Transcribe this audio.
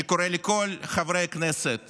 אני קורא לכל חברי הכנסת